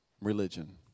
religion